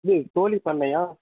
ம் கோழி பண்ணையா